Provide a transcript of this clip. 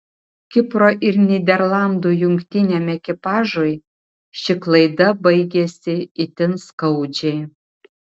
kipro ir nyderlandų jungtiniam ekipažui ši klaida baigėsi itin skaudžiai